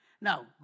Now